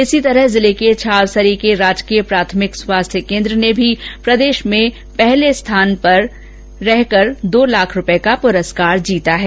इसी तरह जिले के छावसरी के राजकीय प्राथमिक स्वास्थ्य केन्द्र ने भी प्रदेश में पहले स्थान पर रहकर दो लाख रुपये का पुरस्कार जीता है